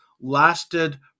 lasted